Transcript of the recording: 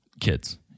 kids